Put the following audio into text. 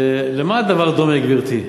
למה הדבר דומה, גברתי?